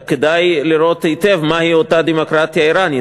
רק כדאי לראות היטב מהי אותה דמוקרטיה איראנית.